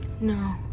No